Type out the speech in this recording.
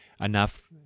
enough